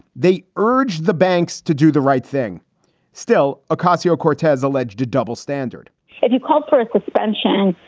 they urged the banks to do the right thing still, a castillo court has alleged a double standard and he called for a suspension,